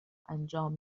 انجام